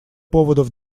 поводов